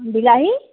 বিলাহী